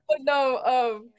no